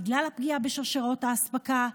בגלל הפגיעה בשרשראות האספקה,